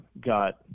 got